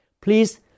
Please